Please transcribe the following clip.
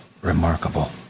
remarkable